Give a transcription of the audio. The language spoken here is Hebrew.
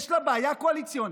יש לה בעיה קואליציונית.